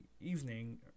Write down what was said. evening